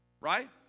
right